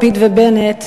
לפיד ובנט,